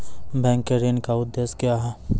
Bank के ऋण का उद्देश्य क्या हैं?